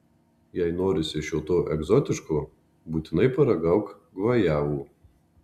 jei norisi šio to egzotiško būtinai paragauk gvajavų